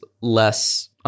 less